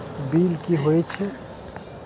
Bill की हौए छै?